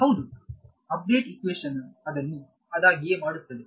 ಹೌದು update equation ಅದನ್ನು ಅದಾಗಿಯೇ ಮಾಡುತ್ತಿದೆ